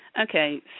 Okay